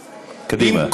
קדימה.